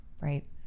right